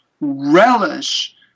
relish